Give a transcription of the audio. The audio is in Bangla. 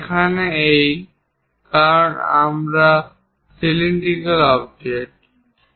এখানে এই কারণ এটি একটি সিলিন্ডিকাল অবজেক্ট